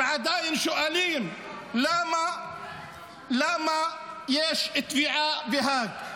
ועדיין שואלים למה יש תביעה בהאג.